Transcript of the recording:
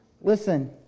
Listen